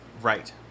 right